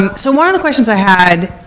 um so one of the questions i had,